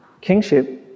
kingship